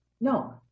No